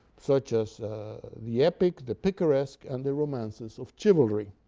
such as the epic, the picaresque and the romances of chivalry.